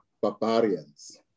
barbarians